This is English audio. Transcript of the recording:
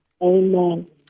amen